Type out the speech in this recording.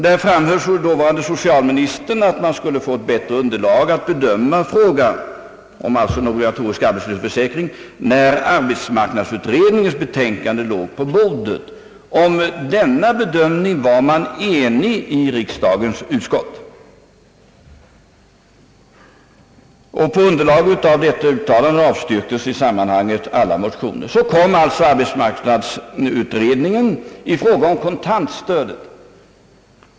Där framhöll dåvarande socialministern att man skulle få ett bättre underlag för att bedöma frågan om en obligatorisk arbetslöshetsförsäkring, när arbetsmarknadsutredningens betänkande låg på bordet. Om denna bedömning var man enig i riksdagens utskott. På grundval av dessa uttalanden avstyrktes alla motioner i sammanhanget. Så kom alltså arbetsmarknadsutredningen med sitt förslag om kontantstöd.